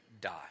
die